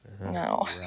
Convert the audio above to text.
No